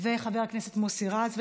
חבר הכנסת מוסי רז.